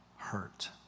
hurt